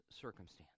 circumstance